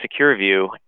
SecureView